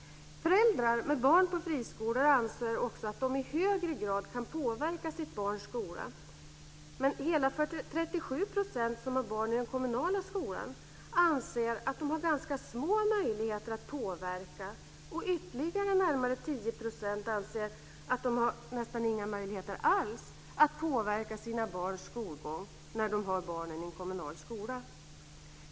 Föräldrar med barn på friskolor anser också att de i högre grad kan påverka sitt barns skola. Men hela 37 % som har barn i den kommunala skolan anser att de har ganska små möjligheter att påverka. Ytterligare närmare 10 % anser att de har nästan inga möjligheter alls att påverka sina barns skolgång när de har barnen i en kommunal skola.